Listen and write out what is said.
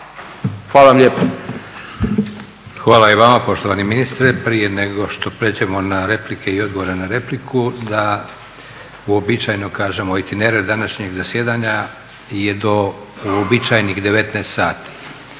Josip (SDP)** Hvala i vama poštovani ministre. Prije nego što pređemo na replike i odgovore na repliku da uobičajeno kažem rutinere današnjeg zasjedanje je do uobičajenih 19 sati.